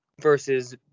versus